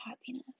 happiness